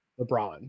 LeBron